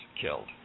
killed